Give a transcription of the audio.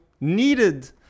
needed